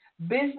business